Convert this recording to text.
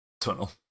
tunnel